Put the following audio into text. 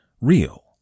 real